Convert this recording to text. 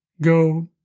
go